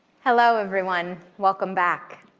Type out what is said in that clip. hello, everyone. welcome back.